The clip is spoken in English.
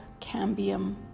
cambium